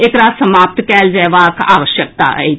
एकरा समाप्त कयल जएबाक आवश्यकता अछि